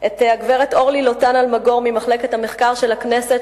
את הגברת אורלי לוטן-אלמגור ממחלקת המחקר של הכנסת,